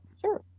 Sure